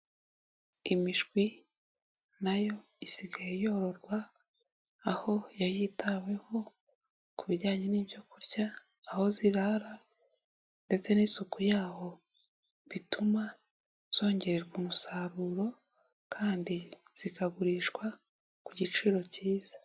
Imishwi nayo isigaye yororwa, aho yayitaweho ku bijyanye n'ibyokurya, aho zirara ndetse n'isuku yaho, bituma zongererwa umusaruro kandi zikagurishwa, ku giciro kiza.